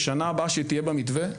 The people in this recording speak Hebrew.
כשהיא תהיה במתווה,